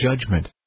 judgment